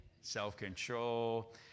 Self-control